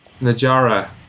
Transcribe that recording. Najara